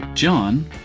John